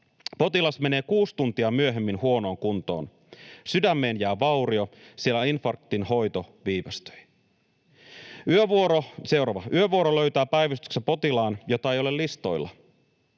Potilas menee kuusi tuntia myöhemmin huonoon kuntoon. Sydämeen jää vaurio, sillä infarktin hoito viivästyi.” Seuraava: ”Yövuoro löytää päivystyksestä potilaan, jota ei ole listoilla.